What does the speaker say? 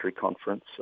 conference